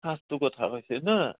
সেইটো কথা হৈছে ন